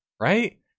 right